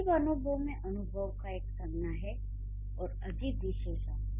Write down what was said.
'अजीब अनुभव' में 'अनुभव' एक संज्ञा है और 'अजीब' विशेषण